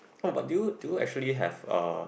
oh but do you do you actually have uh